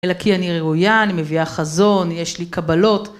אלא כי אני ראויה, אני מביאה חזון, יש לי קבלות.